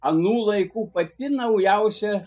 anų laikų pati naujausia